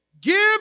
give